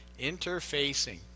Interfacing